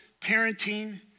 parenting